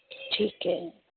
ਠੀਕ ਹੈ